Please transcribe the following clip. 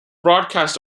broadcast